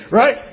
right